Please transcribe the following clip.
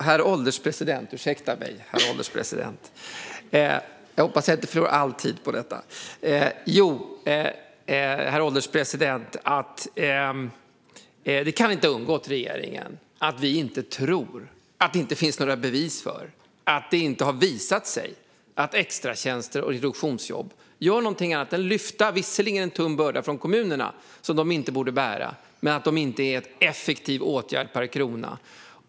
Herr ålderspresident! Det kan inte ha undgått regeringen att vi inte tror, att det inte finns några bevis för och att det inte har visat sig att extratjänster och introduktionsjobb gör någonting annat än att lyfta en börda från kommunerna. Det är visserligen en tung börda som de inte borde bära, men detta är inte en effektiv åtgärd per krona.